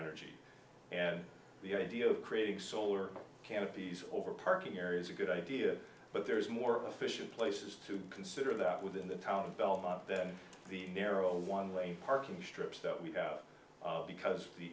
energy and the idea of creating solar canopies over parking area is a good idea but there's more efficient places to consider that within the town belmont then the narrow one lane parking strips that we go out of because the